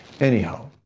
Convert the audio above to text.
Anyhow